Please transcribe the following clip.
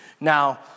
Now